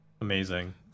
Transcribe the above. amazing